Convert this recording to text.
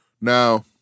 Now